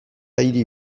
hiri